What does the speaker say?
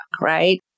right